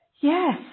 Yes